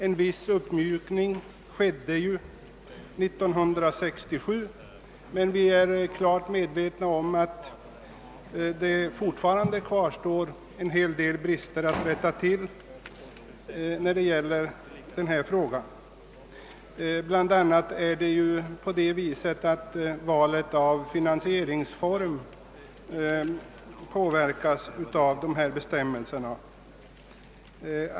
En viss uppmjukning av bestämmelserna gjordes 1967, men vi är på det klara med att en hel del brister alltjämt kvarstår. De bör rättas till. Bland annat påverkas valet av finansieringsform av de bestämmelser som nu gäller.